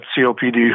COPD